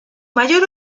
mayor